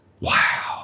Wow